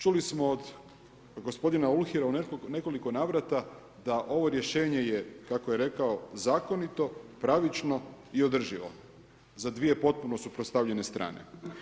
Čuli smo od gospodina Uhlira u nekoliko navrata da ovo rješenje je, kako je rekao, zakonito, pravično i održivo za dvije potpuno suprotstavljene strane.